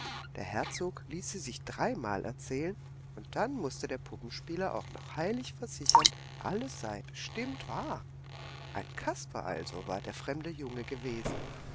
der herzog ließ sie sich dreimal erzählen und dann mußte der puppenspieler auch noch heilig versichern alles sei bestimmt wahr ein kasper also war der fremde junge gewesen